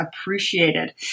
appreciated